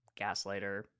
gaslighter